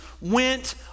went